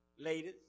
Ladies